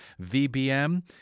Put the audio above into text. VBM